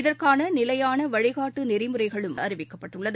இதற்கான நிலையானவழிகாட்டுநெறிமுறைகளும் அறிவிக்கப்பட்டுள்ளது